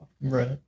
Right